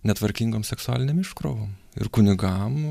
netvarkingom seksualiniom iškrovom ir kunigam